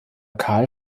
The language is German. carl